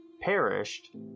perished